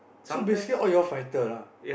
so basically all you all fighter lah